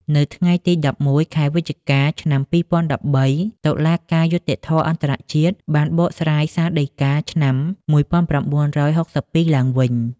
នៅថ្ងៃទី១១ខែវិច្ឆិកាឆ្នាំ២០១៣ តុលាការយុត្តិធម៌អន្ដរជាតិ បានបកស្រាយសាលដីកាឆ្នាំ១៩៦២ឡើងវិញ។